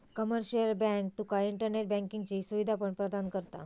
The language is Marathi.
कमर्शियल बँक तुका इंटरनेट बँकिंगची सुवीधा पण प्रदान करता